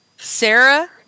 Sarah